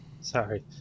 Sorry